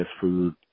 food